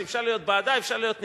שאפשר להיות בעדה ואפשר להיות נגדה,